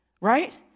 right